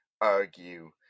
argue